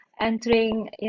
entering